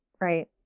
Right